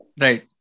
right